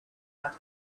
out